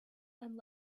and